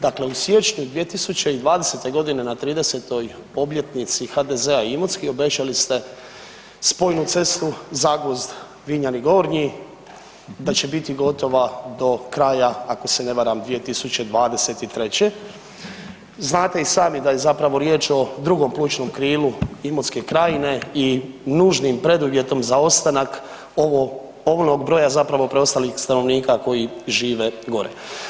Dakle, u siječnju 2020. g. na 30. obljetnici HDZ-a Imotski, obećali ste spojnu cestu Zagvozd-Vinjani Gornji, da će biti gotova do kraja ako se ne varam 2023., znate i sami da je zapravo riječ o drugom plućnom krilu Imotske krajine i nužnim preduvjetom za ostanak ogromnog broj zapravo preostalih stanovnika koji žive gore.